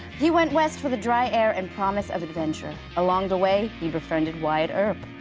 he went west for the dry air and promise of adventure. along the way, he befriended wyatt earp.